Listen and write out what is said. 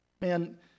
man